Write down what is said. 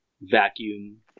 vacuum